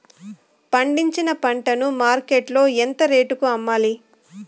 పండించిన పంట ను మార్కెట్ లో ఎంత రేటుకి అమ్మాలి?